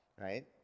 right